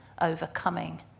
overcoming